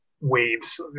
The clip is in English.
waves